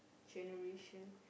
generation